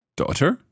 daughter